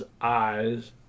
eyes